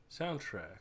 Soundtrack